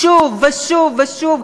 שוב ושוב ושוב,